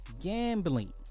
gambling